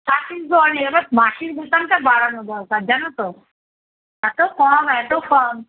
কাজ কিন্তু অনেক এবার মাসিক বেতনটা বাড়ানো দরকার জানো তো এত কম এত কম